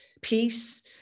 peace